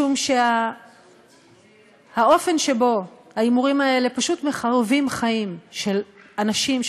משום שהאופן שבו ההימורים האלה פשוט מחרבים חיים של אנשים,